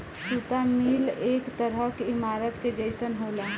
सुता मिल एक तरह के ईमारत के जइसन होला